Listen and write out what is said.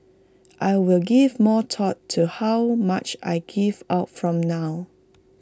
I will give more thought to how much I give out from now